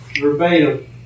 Verbatim